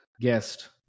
guest